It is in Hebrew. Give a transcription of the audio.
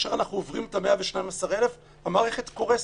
כאשר אנחנו עוברים את ה-112,000 המערכת קורסת,